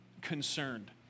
concerned